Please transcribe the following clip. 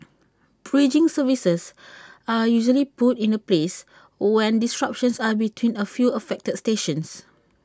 bridging services are usually put in A place when disruptions are between A few affected stations